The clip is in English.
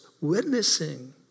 witnessing